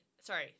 sorry